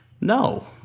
No